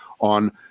on